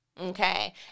Okay